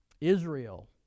Israel